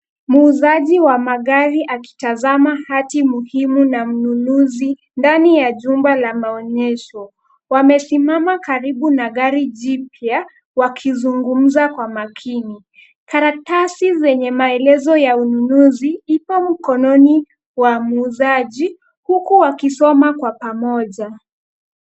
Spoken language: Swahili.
Muuzaji wa magari akitazama hati muhimu na mnunuzi ndani ya jumba la maonyesho. Wamesimama karibu na gari jipya wakizungumza kwa makini. Karatasi zenye maelezo ya ununuzi ipo mkononi wa muuzaji, huku wakisoma kwa pamoja.